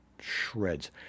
shreds